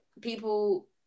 people